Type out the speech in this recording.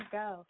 go